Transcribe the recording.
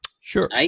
Sure